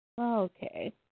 Okay